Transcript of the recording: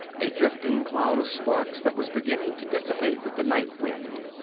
a drifting cloud of sparks that was beginning to dissipate with the night wind.